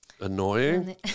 Annoying